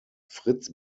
fritz